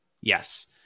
Yes